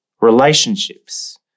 relationships